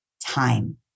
time